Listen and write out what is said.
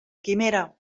quimera